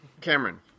Cameron